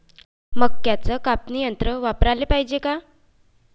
मक्क्याचं कापनी यंत्र वापराले पायजे का?